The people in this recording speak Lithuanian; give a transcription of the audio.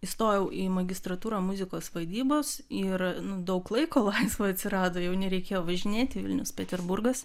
įstojau į magistratūrą muzikos vadybos ir nu daug laiko laisvo atsirado jau nereikėjo važinėti vilnius peterburgas